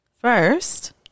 first